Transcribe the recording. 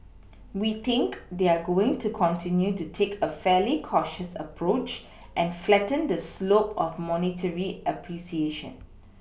we think they're going to continue to take a fairly cautious approach and flatten the slope of monetary appreciation